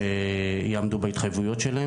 יש את האקדמיה לכדורגל בנות בווינגייט.